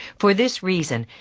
for this reason,